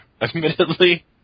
Admittedly